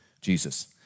Jesus